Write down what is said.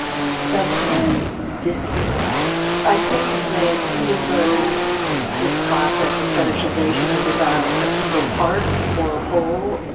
sometimes. this happens i think that even though the process of fetishization is about a single part or a whole,